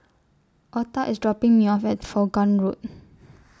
Otha IS dropping Me off At Vaughan Road